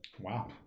Wow